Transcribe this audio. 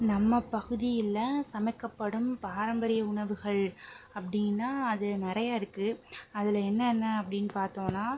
நம்ம பகுதியில் சமைக்கப்படும் பாரம்பரிய உணவுகள் அப்படின்னா அது நிறைய இருக்குது அதில் என்னென்ன அப்படின்னு பார்த்தோனா